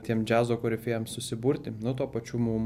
tiem džiazo korifėjams susiburti nu tuo pačiu mum